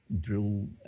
drill